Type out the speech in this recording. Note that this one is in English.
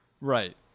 Right